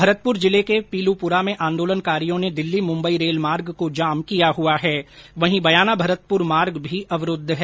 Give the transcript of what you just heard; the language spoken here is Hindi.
भरतपुर जिले के पीलूपुरा में आंदोलनकारियों ने दिल्ली मुम्बई रेल मार्ग को जाम किया हुआ है वहीं बयाना भरतपुर मार्ग भी अवरूद्व है